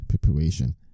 preparation